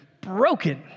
broken